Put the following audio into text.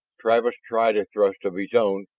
travis tried a thrust of his own,